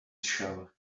show